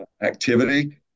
activity